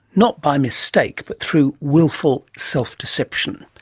not by mistake, but through wilful self-deception?